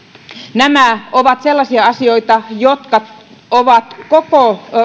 nämä ovat sellaisia asioita jotka ovat koko